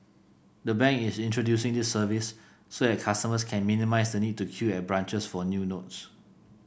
the bank is introducing this service so that customers can minimise the need to queue at branches for new notes